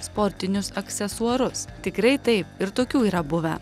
sportinius aksesuarus tikrai taip ir tokių yra buvę